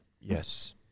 Yes